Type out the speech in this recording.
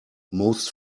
most